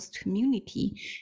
community